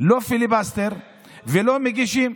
לא פיליבסטר ולא מגישים,